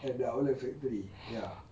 at the outlet factory ya